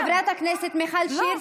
סליחה, חברת הכנסת מיכל שיר,